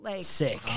Sick